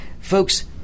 Folks